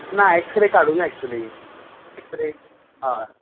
ना एक्स्रे काडूं ना एक्चुली एक्स्रे हय